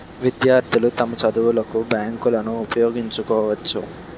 విద్యార్థులు తమ చదువులకు బ్యాంకులను ఉపయోగించుకోవచ్చు